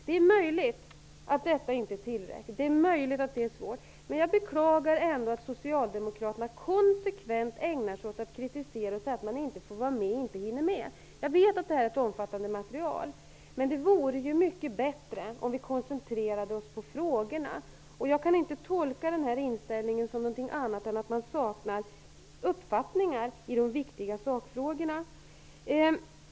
Det är möjligt att detta inte är tillräckligt, det är möjligt att det är så, men jag beklagar ändå att Socialdemokraterna konsekvent ägnar sig åt att kritisera oss för att de inte får vara med och att de inte hinner med. Jag vet att det här är ett omfattande material, men det vore ju mycket bättre om vi koncentrerade oss på frågorna. Jag kan inte tolka den här inställningen som någonting annat än att Socialdemokraterna saknar uppfattningar i de viktiga sakfrågorna.